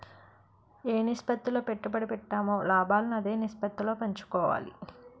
ఏ నిష్పత్తిలో పెట్టుబడి పెట్టామో లాభాలను అదే నిష్పత్తిలో పంచుకోవాలి